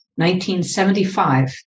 1975